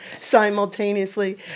simultaneously